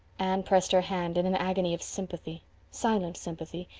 anne pressed her hand in an agony of sympathy silent sympathy,